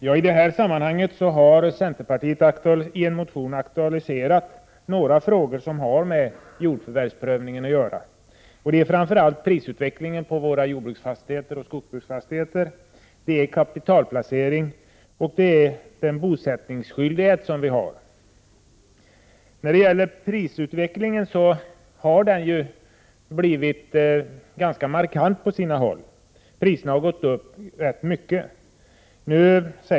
Fru talman! Centerpartiet har i en motion aktualiserat några frågor som har med jordförvärvsprövningen att göra. Det gäller framför allt prisutvecklingen i fråga om jordbruksoch skogsbruksfastigheter, kapitalplacering och bosättningsskyldigheten. Prisutvecklingen har ju blivit ganska markant på sina håll. Priserna har gått upp rätt så mycket.